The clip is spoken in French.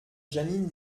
jeanine